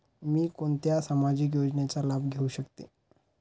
मी कोणत्या सामाजिक योजनेचा लाभ घेऊ शकते?